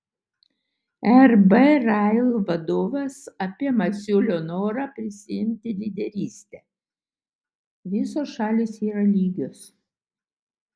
rb rail vadovas apie masiulio norą prisiimti lyderystę visos šalys yra lygios